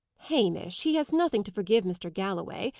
hamish! he has nothing to forgive mr. galloway.